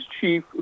chief